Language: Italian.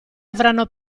avranno